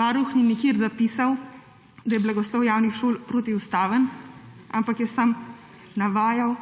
Varuh ni nikjer zapisal, da je blagoslov javnih šol protiustaven, ampak je samo navajal,